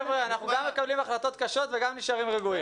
אנחנו גם מקבלים החלטות קשות וגם נשארים רגועים.